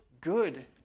good